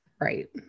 right